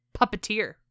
puppeteer